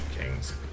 Kings